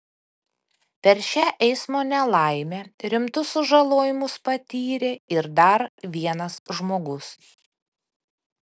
per šią eismo nelaimę rimtus sužalojimus patyrė ir dar vienas žmogus